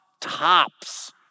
tops